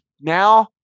now